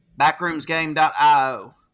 Backroomsgame.io